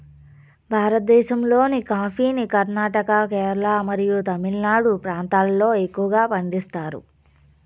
భారతదేశంలోని కాఫీని కర్ణాటక, కేరళ మరియు తమిళనాడు ప్రాంతాలలో ఎక్కువగా పండిస్తారు